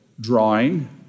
drawing